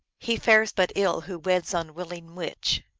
he fares but ill who weds unwilling witch.